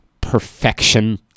perfection